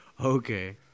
Okay